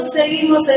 seguimos